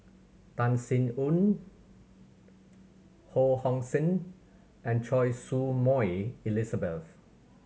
Tan Sin Aun Ho Hong Sing and Choy Su Moi Elizabeth